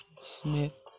Smith